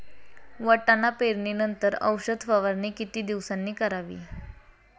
वाटाणा पेरणी नंतर औषध फवारणी किती दिवसांनी करावी?